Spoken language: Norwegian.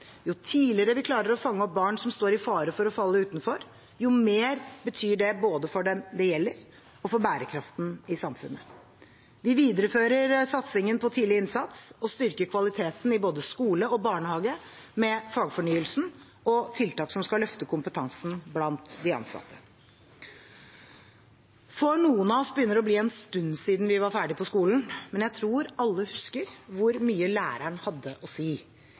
Jo tidligere vi klarer å fange opp barn som står i fare for å falle utenfor, jo mer betyr det både for den det gjelder og for bærekraften i samfunnet. Vi viderefører satsingen på tidlig innsats, og styrker kvaliteten i både skole og barnehage med fagfornyelsen og tiltak som skal løfte kompetansen blant de ansatte. For noen av oss begynner det å bli en stund siden vi var ferdige på skolen, men jeg tror alle husker hvor mye læreren hadde å si.